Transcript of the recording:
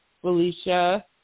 Felicia